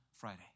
Friday